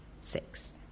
Six